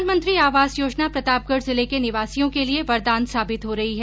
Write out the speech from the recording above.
प्रधानमंत्री आवास योजना प्रतापगढ जिले के निवासियों के लिए वरदान साबित हो रही है